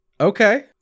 Okay